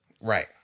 Right